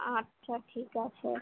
আচ্ছা ঠিক আছে